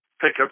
pickup